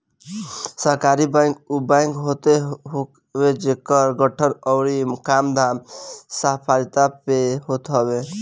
सहकारी बैंक उ बैंक होत हवे जेकर गठन अउरी कामधाम सहकारिता पे होत हवे